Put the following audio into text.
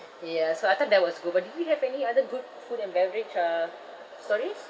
ya so I thought that was good but do we have any other good food and beverage uh stories